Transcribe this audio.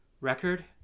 record